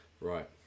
right